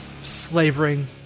slavering